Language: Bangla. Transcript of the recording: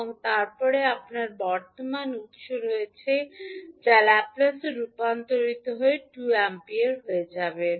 এবং তারপরে আপনার বর্তমান উত্স রয়েছে যা ল্যাপলেস রূপান্তরিত হয়ে 2 অ্যাম্পিয়ার হয়ে যাবে